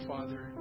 Father